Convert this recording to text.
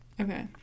Okay